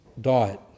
diet